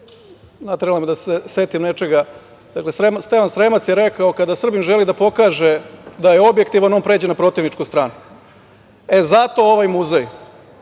treba da se setim nečega, Stevan Sremac je rekao: „Kada Srbin želi da pokaže da je objektivan, on pređe na protivničku stranu“.E zato ovaj muzej,